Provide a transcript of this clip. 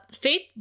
Faith